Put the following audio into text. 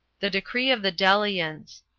the decree of the delians.